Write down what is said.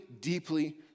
deeply